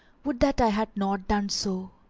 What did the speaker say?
would that i had not done so!